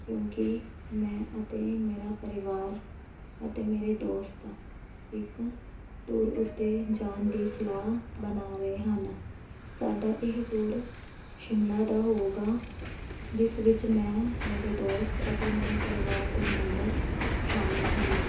ਕਿਉਂਕਿ ਮੈਂ ਅਤੇ ਮੇਰਾ ਪਰਿਵਾਰ ਅਤੇ ਮੇਰੇ ਦੋਸਤ ਇੱਕ ਟੂਰ ਉੱਤੇ ਜਾਣ ਦੀ ਸਲਾਹ ਬਣਾ ਰਹੇ ਹਨ ਸਾਡਾ ਇਹ ਟੂਰ ਸ਼ਿਮਲਾ ਦਾ ਹੋਊਗਾ ਜਿਸ ਵਿੱਚ ਮੈਂ ਮੇਰੇ ਦੋਸਤ ਅਤੇ ਮੇਰੇ ਪਰਿਵਾਰ ਦੇ ਮੈਂਬਰ ਸ਼ਾਮਿਲ ਹਨ